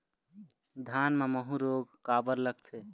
धान म माहू रोग काबर लगथे?